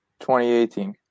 2018